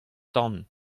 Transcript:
tan